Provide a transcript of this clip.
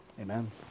Amen